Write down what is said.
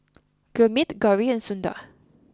Gurmeet Gauri and Sundar